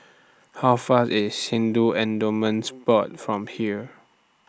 How Far IS Hindu Endowments Board from here